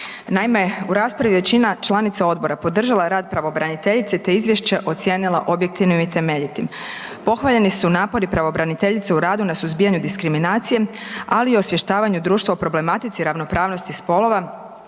Naime, u raspravi većina članica odbora podržava rad pravobraniteljice te je izvješće ocijenila objektivnim i temeljitim. Pohvaljeni su napori pravobraniteljice u radu na suzbijanje diskriminacije ali i osvještavanju društva u problematici ravnopravnosti spolova